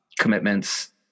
commitments